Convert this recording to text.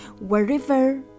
Wherever